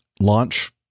launch